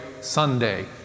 Sunday